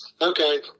Okay